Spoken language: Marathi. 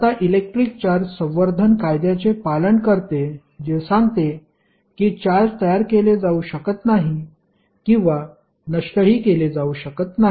आता इलेक्ट्रिक चार्ज संवर्धन कायद्याचे पालन करते जे सांगते की चार्ज तयार केले जाऊ शकत नाही किंवा नष्टही केले जाऊ शकत नाही